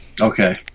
Okay